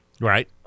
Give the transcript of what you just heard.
Right